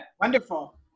Wonderful